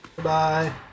Bye